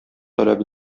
таләп